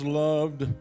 loved